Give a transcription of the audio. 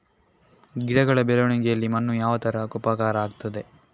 ಗಿಡಗಳ ಬೆಳವಣಿಗೆಯಲ್ಲಿ ಮಣ್ಣು ಯಾವ ತರ ಉಪಕಾರ ಆಗ್ತದೆ?